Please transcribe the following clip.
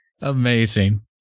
Amazing